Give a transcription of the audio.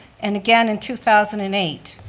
and again in two thousand and eight,